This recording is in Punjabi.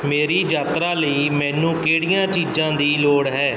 ਮੇਰੀ ਯਾਤਰਾ ਲਈ ਮੈਨੂੰ ਕਿਹੜੀਆਂ ਚੀਜ਼ਾਂ ਦੀ ਲੋੜ ਹੈ